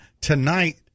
tonight